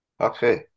Okay